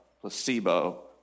placebo